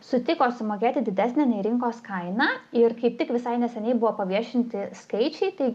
sutiko sumokėti didesnę nei rinkos kainą ir kaip tik visai neseniai buvo paviešinti skaičiai tai